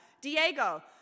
Diego